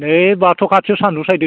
नै बाथौ खाथियाव सानदुं सायदों